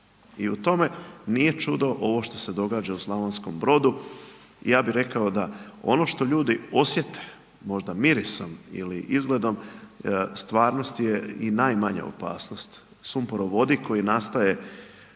I u tome nije čudo ovo što se događa u Slavonskom Brodu, ja bi rekao da ono što ljudi osjete možda mirisom ili izgledom, u stvarnosti je i najmanja opasnost, sumporovodik koji nastaje